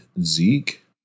Zeke